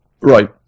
Right